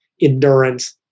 endurance